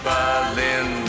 Berlin